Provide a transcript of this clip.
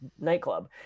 nightclub